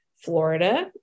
Florida